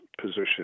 position